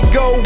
go